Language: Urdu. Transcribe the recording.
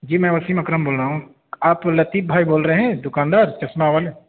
جی میں وسیم اکرم بول رہا ہوں آپ لطیف بھائی بول رہے ہیں دکاندار چشمہ والے